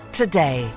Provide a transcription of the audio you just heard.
today